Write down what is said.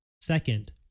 second